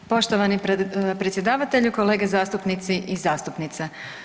Poštovani predsjedavatelju, kolege zastupnici i zastupnice.